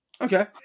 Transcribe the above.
Okay